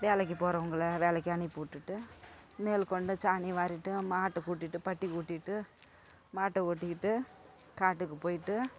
வேலைக்கு போறவங்கள வேலைக்கு அனுப்பிவிட்டுட்டு மேல் கொண்டு சாணியை வாரிவிட்டு மாட்டை கூட்டிகிட்டு பட்டி கூட்டிகிட்டு மாட்டை ஓட்டிக்கிட்டு காட்டுக்கு போயிட்டு